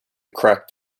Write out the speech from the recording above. cracked